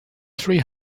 three